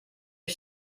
die